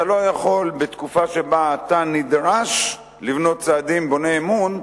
אתה לא יכול בתקופה שבה אתה נדרש לבנות צעדים בוני אמון,